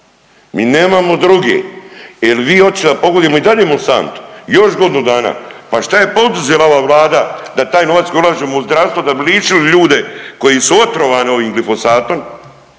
Mi nemamo druge. Jel vi hoćete da pogodujemo i dalje Monsantu, još godinu dana? Pa šta je poduzela ova Vlada da taj novac koji ulažemo u zdravstvo da bi ličili ljude koji su otrovani ovim glifosatom,